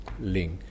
link